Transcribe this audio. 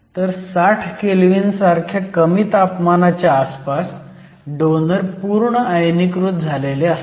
तर 60 केल्व्हीन सारख्या कमी तापमानाच्या आसपास डोनर पूर्ण आयनीकृत झालेले असतात